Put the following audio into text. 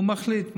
והוא מחליט.